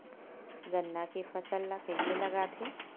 गन्ना के फसल ल कइसे लगाथे?